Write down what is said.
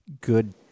good